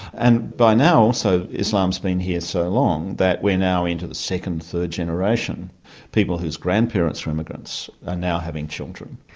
and by now also so islam's been here so long that we're now into the second, third generation people whose grandparents were immigrants are now having children.